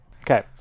Okay